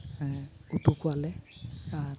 ᱩᱛᱩ ᱠᱚᱣᱟᱞᱮ ᱟᱨ